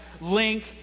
link